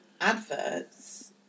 adverts